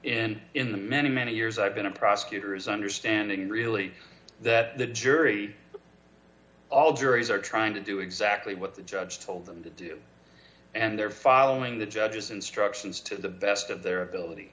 and in the many many years i've been a prosecutor is understanding really that the jury all juries are trying to do exactly what the judge told them to do and they're following the judge's instructions to the best of their ability